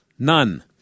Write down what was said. None